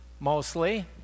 Mostly